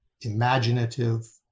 imaginative